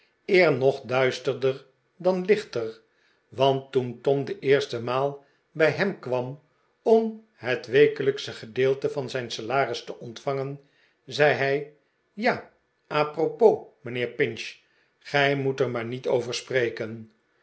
eer nog duisterder dan lichter want toen tom de eerste maal bij hem kwam om het wekelijksche gedeelte van zijn salaris te ontvangen zei hij ja a propos mijnheer pinch gij moet er maar niet over spreken